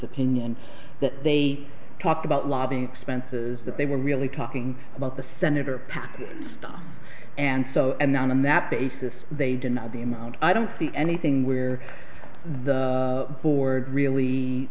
opinion that they talk about lobbying expenses that they were really talking about the senator packwood stuff and so and none of that basis they did not the amount i don't see anything where the board really